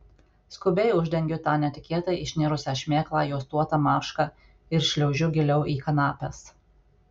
skubiai uždengiu tą netikėtai išnirusią šmėklą juostuota marška ir šliaužiu giliau į kanapes